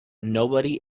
nobody